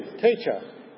teacher